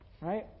Right